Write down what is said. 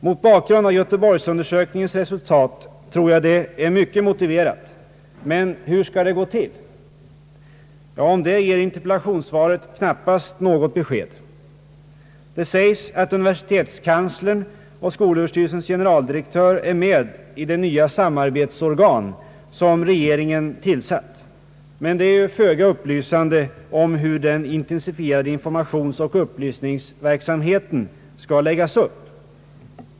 Mot bakgrund av Göteborgsundersökningens resultat tror jag att detta är väl motiverat, men hur skall det gå till? Om det ger interpellationssvaret knappast något besked. Det sägs att universitetskanslern och skolöverstyrelsens generaldirektör ingår i det nya samarbetsorgan som regeringen tillsatt, men svaret är föga upplysande om hur den intensifierade informationsoch upplysningsverksamheten skall läggas upp.